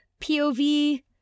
POV